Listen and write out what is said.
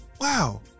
Wow